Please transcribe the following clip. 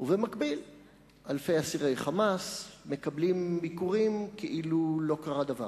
ובמקביל אלפי אסירי "חמאס" מקבלים ביקורים כאילו לא קרה דבר.